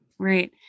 Right